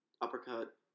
uppercut